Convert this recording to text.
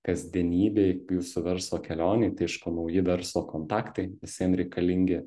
kasdienybėj jūsų verslo kelionėj tai aišku nauji verslo kontaktai visiem reikalingi